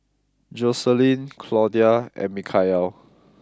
Joseline Claudia and Mikeal